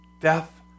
death